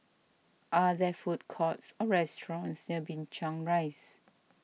are there food courts or restaurants near Binchang Rise